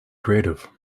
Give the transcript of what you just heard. creative